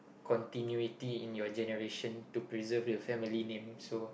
continuity in your generation to preserve your family name so